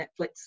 Netflix